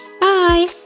Bye